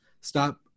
stop